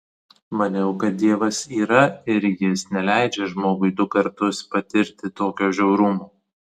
maniau kad dievas yra ir jis neleidžia žmogui du kartus patirti tokio žiaurumo